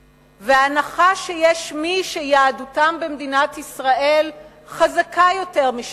ההנחה שיש מי שיהדותם במדינת ישראל חזקה יותר משל אחרים,